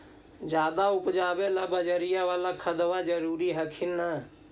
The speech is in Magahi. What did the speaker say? ज्यादा उपजाबे ला बजरिया बाला खदबा जरूरी हखिन न?